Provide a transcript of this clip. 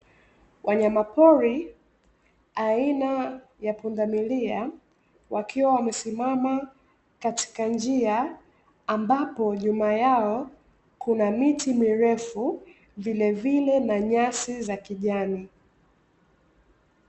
Wanyamapori aina ya pundamilia wakiwa wamesimama katika njia, ambapo nyuma yao kuna miti mirefu, vilevile na nyasi za kijani.